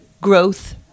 Growth